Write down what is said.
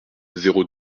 zéro